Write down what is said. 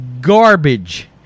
garbage